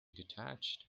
detached